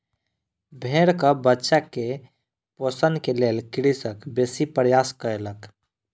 भेड़क बच्चा के पोषण के लेल कृषक बेसी प्रयास कयलक